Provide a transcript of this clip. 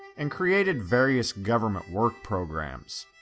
and created various government work programs.